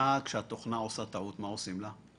כשהתוכנה עושה טעות, מה עושים לה?